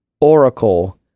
Oracle